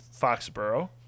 Foxborough